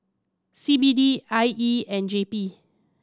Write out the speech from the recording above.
C B D I E and J P